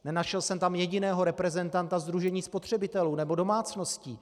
Nenašel jsem tam jediného reprezentanta sdružení spotřebitelů nebo domácností.